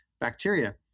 bacteria